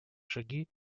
шаги